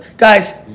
guys,